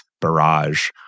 barrage